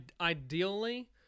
ideally